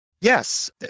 Yes